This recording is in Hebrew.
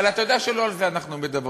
אבל אתה יודע שלא על זה אנחנו מדברים.